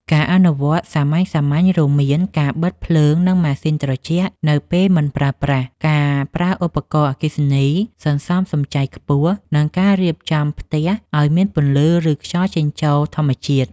ការអនុវត្តសាមញ្ញៗរួមមាន ការបិទភ្លើងនិងម៉ាស៊ីនត្រជាក់នៅពេលមិនប្រើប្រាស់ ការប្រើឧបករណ៍អគ្គិសនីសន្សំសំចៃខ្ពស់ និងការរៀបចំផ្ទះឱ្យមានពន្លឺឬខ្យល់ចេញចូលធម្មជាតិ។